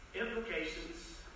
implications